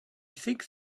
think